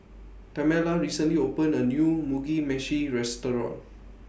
Tamela recently opened A New Mugi Meshi Restaurant